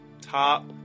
top